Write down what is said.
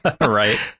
right